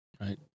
right